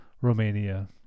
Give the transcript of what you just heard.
Romania